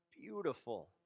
beautiful